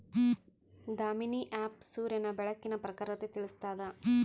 Damini app ಸೂರ್ಯನ ಬೆಳಕಿನ ಪ್ರಖರತೆ ತಿಳಿಸ್ತಾದ